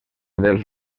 dels